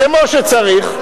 כמו שצריך,